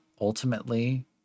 ultimately